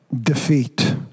defeat